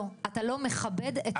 לא, אתה לא מכבד את הוועדה.